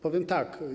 Powiem tak.